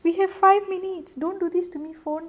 we have five minutes don't do this to me phone